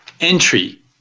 entry